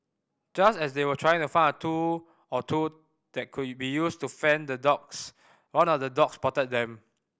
just as they were trying to find a tool or two that could be used to fend the dogs one of the dogs spotted them